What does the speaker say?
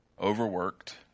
overworked